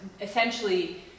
essentially